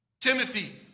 Timothy